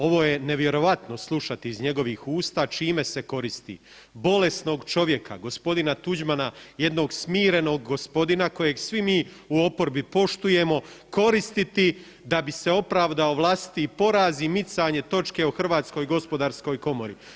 Ovo je nevjerojatno slušati iz njegovih usta čime se koristi bolesnog čovjeka, gospodina Tuđmana, jednog smirenog gospodina kojeg svi mi u oporbi poštujemo koristiti da bi se opravdao vlastiti poraz i micanje točke o Hrvatskoj gospodarskoj komori.